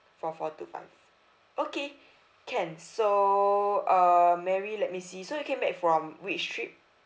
four four two five okay can so uh mary let me see so you came back from which trip